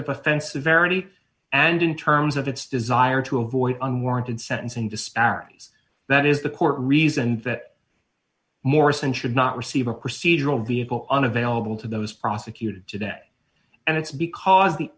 offensive verity and in terms of its desire to avoid unwarranted sentencing disparities that is the court reasoned that morrison should not receive a procedural vehicle unavailable to those prosecuted today and it's because the